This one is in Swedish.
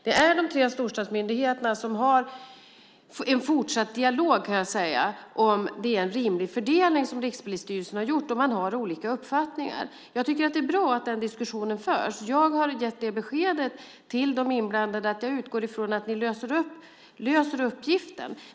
Det är de tre storstadsmyndigheterna som har en fortsatt dialog, kan jag säga, om det är en rimlig fördelning som Rikspolisstyrelsen har gjort, och man har olika uppfattningar. Jag tycker att det är bra att den diskussionen förs. Jag har gett det beskedet till de inblandade att jag utgår ifrån att de löser uppgiften.